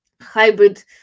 hybrid